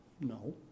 No